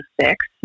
six